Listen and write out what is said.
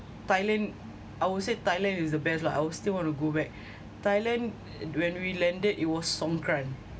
thailand I would say thailand is the best lah I will still want to go back thailand when we landed it was songkran